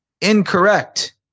Incorrect